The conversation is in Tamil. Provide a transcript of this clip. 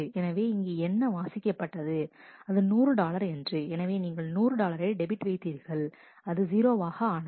எனவே இங்கு என்ன வாசிக்கப்பட்டது அது 100 டாலர் என்று எனவே நீங்கள் 100 டாலரை டெபிட் வைத்தீர்கள் அது 0 வாக ஆனது